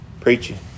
Preaching